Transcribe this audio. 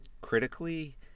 critically